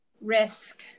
Risk